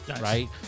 right